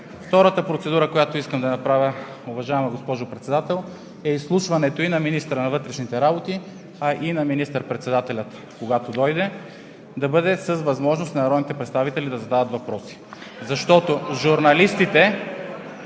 Втората процедура, която искам да направя, уважаема госпожо Председател, е изслушването и на министъра на вътрешните работи, а и на министър-председателя, когато дойде, да бъде с възможност на народните представители да задават въпроси. (Оживление